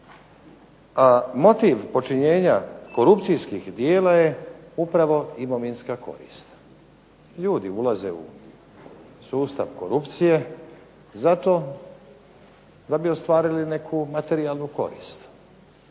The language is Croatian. Motiv počinjenja korupcijskih djela je upravo imovinska korist. Ljudi ulaze u sustav korupcije zato da bi ostvarili neku materijalnu korist,